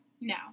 No